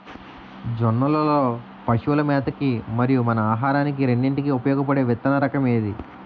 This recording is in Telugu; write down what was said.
జొన్నలు లో పశువుల మేత కి మరియు మన ఆహారానికి రెండింటికి ఉపయోగపడే విత్తన రకం ఏది?